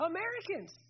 Americans